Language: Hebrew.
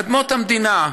אדמות המדינה,